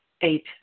eight